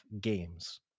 games